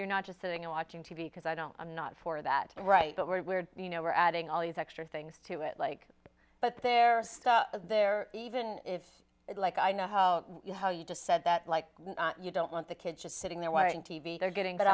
you're not just sitting there watching t v because i don't i'm not for that right but we're you know we're adding all these extra things to it like but there are stuff there even if it's like i know you how you just said that like you don't want the kids just sitting there watching t v they're getting but